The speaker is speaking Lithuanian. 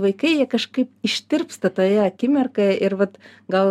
vaikai jie kažkaip ištirpsta toje akimirkai ir vat gal